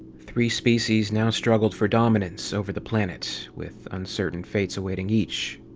three species now struggled for dominance over the planet, with uncertain fates awaiting each.